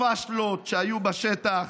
הפשלות שהיו בשטח.